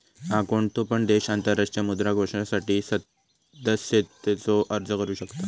हा, कोणतो पण देश आंतरराष्ट्रीय मुद्रा कोषासाठी सदस्यतेचो अर्ज करू शकता